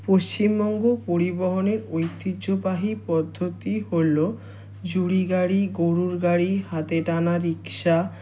পশ্চিমবঙ্গ পরিবহণের ঐতিহ্যবাহী পদ্ধতি হলো জুড়ি গাড়ি গোরুর গাড়ি হাতে টানা রিক্সা